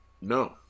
no